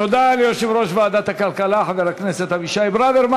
תודה ליושב-ראש ועדת הכלכלה חבר הכנסת אבישי ברוורמן.